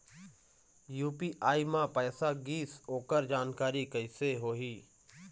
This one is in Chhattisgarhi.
यू.पी.आई म पैसा गिस ओकर जानकारी कइसे होही?